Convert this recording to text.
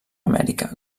amèrica